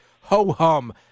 ho-hum